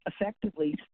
effectively